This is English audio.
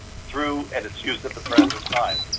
through, and it's used at the present time,